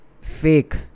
fake